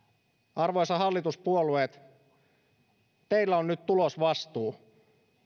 arvoisat hallituspuolueet teillä on nyt tulosvastuu